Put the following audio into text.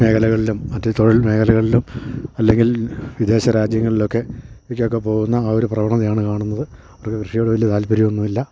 മേഖലകളിലും മറ്റേ തൊഴിൽ മേഖലകളിലും അല്ലെങ്കിൽ വിദേശ രാജ്യങ്ങളിൽ ഒക്കെ ലേക്കൊക്കെ പോകുന്ന ആ ഒരു പ്രവണതയാണ് കാണുന്നത് അവർക്ക് കൃഷിയോട് വലിയ താല്പര്യോന്നുല്ല